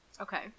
Okay